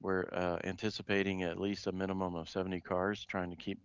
we're anticipating at least a minimum of seventy cars trying to keep